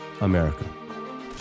America